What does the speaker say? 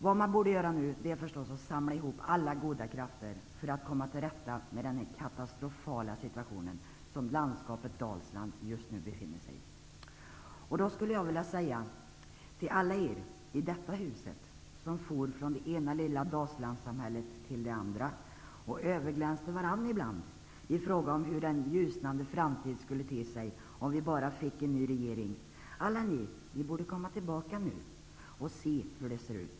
Det man borde göra nu är förstås att samla ihop alla goda krafter för att komma till rätta med den katastrofala situation som landskapet Dalsland just nu befinner sig i. Då skulle jag vilja säga till alla er i detta hus som for från det ena lilla Dalslandssamhället till det andra och överglänste varandra i fråga om hur den ljusnande framtid skulle te sig, om vi bara fick en ny regering. Alla ni borde komma tillbaka nu och se hur det ser ut.